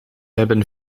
hebben